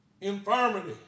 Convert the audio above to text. Infirmity